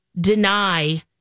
deny